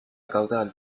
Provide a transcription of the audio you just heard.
caudal